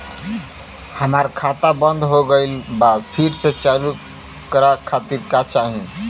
हमार खाता बंद हो गइल बा फिर से चालू करा खातिर का चाही?